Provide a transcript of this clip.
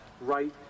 right